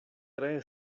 tre